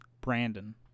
Brandon